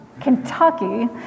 Kentucky